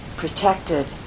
protected